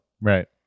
Right